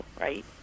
right